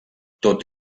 tot